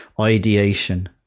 Ideation